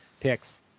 picks